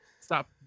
stop